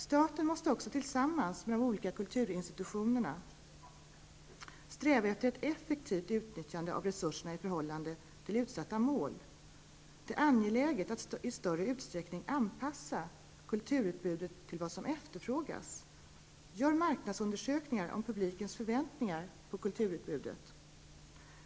Staten måste också tillsammans med de olika kulturinstitutionerna sträva efter ett effektivt utnyttjande av resurserna i förhållande till utsatta mål. Det är angeläget att i större utsträckning anpassa kulturutbudet till vad som efterfrågas. Gör marknadsundersökningar om publikens förväntningar beträffande kulturutbudet.